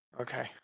Okay